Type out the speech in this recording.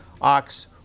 ox